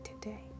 today